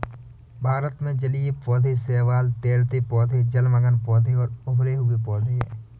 भारत में जलीय पौधे शैवाल, तैरते पौधे, जलमग्न पौधे और उभरे हुए पौधे हैं